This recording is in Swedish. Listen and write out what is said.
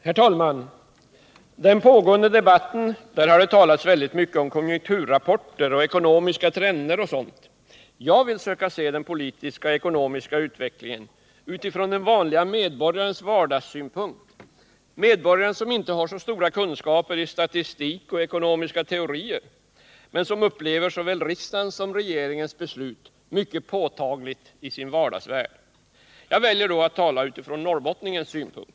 Herr talman! I den pågående debatten har det talats mycket om konjunkturrapporter och ekonomiska trender m.m. Jag vill söka se den politiska och ekonomiska utvecklingen utifrån den vanlige medborgarens vardagssynpunkt, medborgaren som inte har stora kunskaper i statistik och ekonomiska teorier men som upplever såväl riksdagens som regeringens beslut mycket påtagligt i sin vardagsvärld. Jag väljer då att tala utifrån norrbottningens situation.